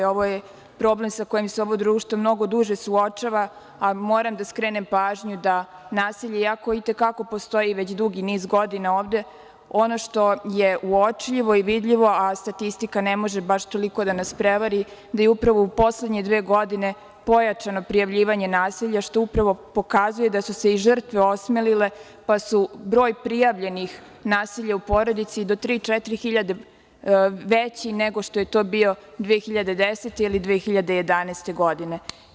Ovo je problem sa kojim se ovo društvo mnogo duže suočava, a moram da skrenem pažnju da nasilje, iako i te kako postoji dugi niz godina ovde, ono što je uočljivo i vidljivo, a statistika ne može baš toliko da nas prevari, je da je upravo u poslednje dve godine pojačano prijavljivanje nasilja, što upravo pokazuje da su se i žrtve osmelile, pa je broj prijavljenih nasilja u porodici do tri, četiri hiljade veći nego što je to bio 2010. ili 2011. godine.